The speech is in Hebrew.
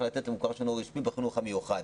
לתת למוכר שאינו רשמי בחינוך המיוחד.